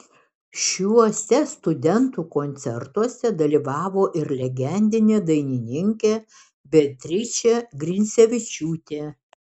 šiuose studentų koncertuose dalyvavo ir legendinė dainininkė beatričė grincevičiūtė